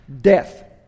death